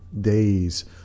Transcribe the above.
days